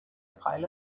pile